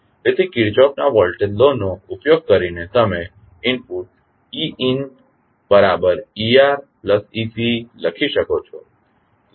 તેથી કિર્ચોફ્ના voltage law નો ઉપયોગ કરીને તમે ઇનપુટ einteRteC લખી શકો છો